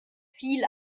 viel